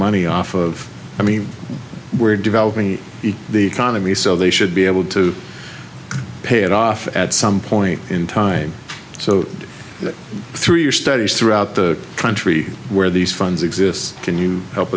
money off of i mean we're developing the economy so they should be able to pay it off at some point in time so that through your studies throughout the country where these funds exist can you help